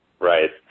Right